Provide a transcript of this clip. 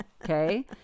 Okay